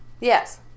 Yes